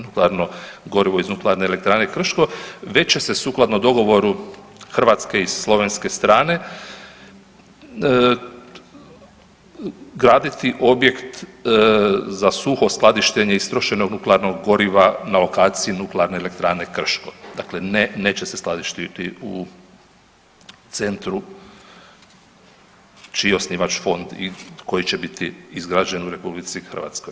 nuklearno gorivo iz Nuklearne elektrane Krško, već će se sukladno dogovoru hrvatske i slovenske strane graditi objekt za suho skladištenje istrošenog nuklearnog goriva na lokaciji nuklearne elektrane Krško, dakle ne, neće se skladištiti u centru čiji je osnivač fond i koji će biti izgrađen u RH.